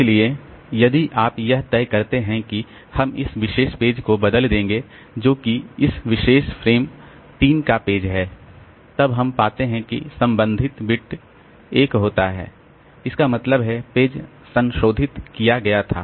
इसलिए यदि आप यह तय करते हैं कि हम इस विशेष पेज को बदल देंगे जो कि इस विशेष फ्रेम ३ का पेज है तब हम पाते हैं कि संबंधित बिट 1 होता है इसका मतलब है पेज संशोधित किया गया था